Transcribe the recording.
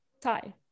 tie